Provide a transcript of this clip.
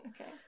Okay